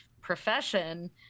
profession